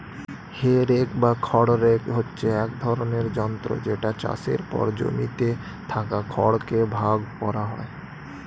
হে rake বা খড় rake হচ্ছে এক ধরণের যন্ত্র যেটা চাষের পর জমিতে থাকা খড় কে ভাগ করা হয়